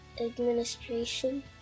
administration